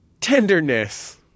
tenderness